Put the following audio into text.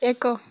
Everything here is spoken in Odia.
ଏକ